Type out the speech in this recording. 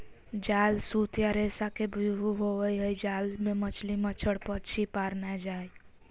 जाल सूत या रेशा के व्यूह होवई हई जाल मे मछली, मच्छड़, पक्षी पार नै जा हई